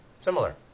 Similar